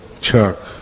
Chuck